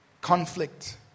conflict